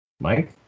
Mike